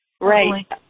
Right